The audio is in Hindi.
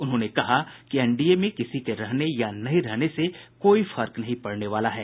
उन्होंने कहा कि एनडीए में किसी के रहने या नहीं रहने से कोई फर्क नहीं पड़ने वाला है